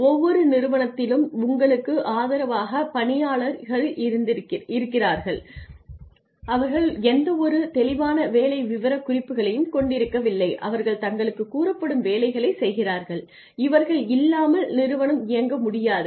ஒவ்வொரு நிறுவனத்திலும் உங்களுக்கு ஆதரவாக பணியாளர்களிருக்கிறார்கள் அவர்கள் எந்தவொரு தெளிவான வேலை விவரக்குறிப்புகளையும் கொண்டிருக்கவில்லை அவர்கள் தங்களுக்குக் கூறப்படும் வேலைகளை செய்கிறார்கள் இவர்கள் இல்லாமல் நிறுவனம் இயங்க முடியாது